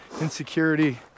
insecurity